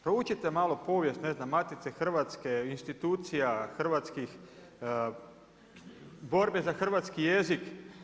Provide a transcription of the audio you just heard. Proučite malo povijest, ne znam Matice Hrvatske, institucija hrvatskih, borbe za hrvatski jezik.